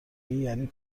یعنی